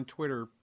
Twitter